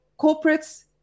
corporates